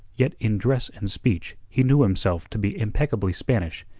yet in dress and speech he knew himself to be impeccably spanish,